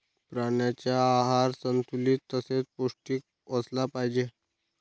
प्राण्यांचा आहार संतुलित तसेच पौष्टिक असला पाहिजे